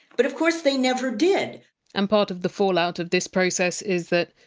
but of course they never did and part of the fallout of this process is that,